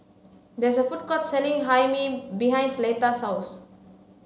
there is a food court selling hae mee behind Leta's house